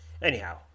Anyhow